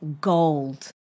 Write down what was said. gold